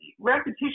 repetition